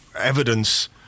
evidence